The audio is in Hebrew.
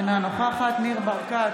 אינה נוכחת ניר ברקת,